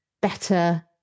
better